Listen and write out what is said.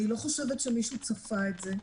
אני לא חושבת שמישהו צפה את זה.